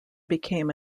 became